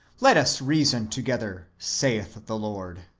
let us reason together, saith the lord.